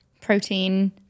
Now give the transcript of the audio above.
protein